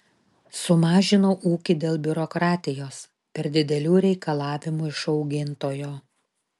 sumažinau ūkį dėl biurokratijos per didelių reikalavimų iš augintojo